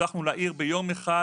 הצלחנו להאיר ביום אחד